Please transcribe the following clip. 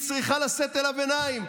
והיא צריכה לשאת אליו עיניים,